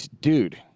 Dude